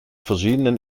verschiedenen